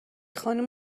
خانوم